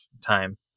time